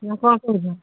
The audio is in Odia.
ନା କ'ଣ କହୁଛ